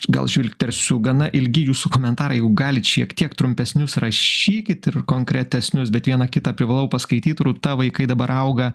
gal žvilgtersiu gana ilgi jūsų komentarai jeigu galit šiek tiek trumpesnius rašykit ir konkretesnius bet vieną kitą privalau paskaityt rūta vaikai dabar auga